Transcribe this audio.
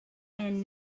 and